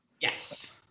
Yes